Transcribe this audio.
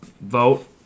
vote